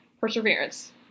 Perseverance